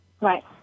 right